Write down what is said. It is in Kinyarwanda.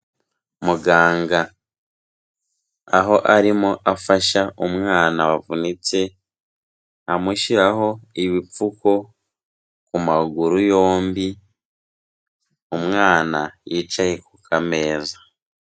Muganga aho arimo afasha umwana wavunitse, amushyiraho ibipfuko ku maguru yombi, umwana yicaye ku kameza.